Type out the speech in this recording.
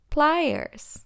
Pliers